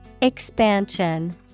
Expansion